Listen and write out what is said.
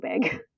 big